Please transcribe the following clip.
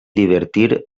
divertir